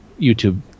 YouTube